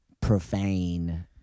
profane